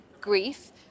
grief